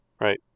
right